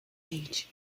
age